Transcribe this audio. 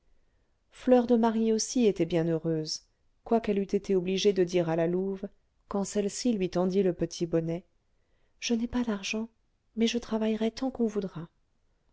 fleur de marie aussi était bien heureuse quoiqu'elle eût été obligée de dire à la louve quand celle-ci lui tendit le petit bonnet je n'ai pas d'argent mais je travaillerai tant qu'on voudra